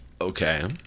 Okay